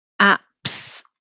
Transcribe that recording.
apps